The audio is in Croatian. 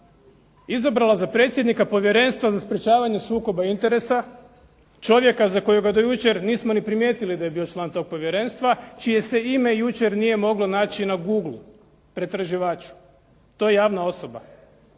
izabrala za predsjednika Povjerenstva za sprječavanje sukoba interesa čovjeka za kojega do jučer nismo ni primijetili da je bio član tog Povjerenstva, čije se ime jučer nije moglo naći na Googleu, pretraživaču. To je javna osoba.